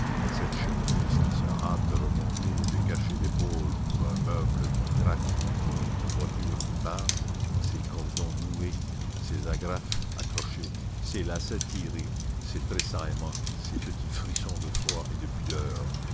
cette chemise qui se hâte de remonter et de cacher l'épaule pour un meuble qui craque ou pour une voiture qui passe ces cordons noués ces agrafes accrochées ces lacets tirés ces tressaillements ces petits frissons de froid et de pudeur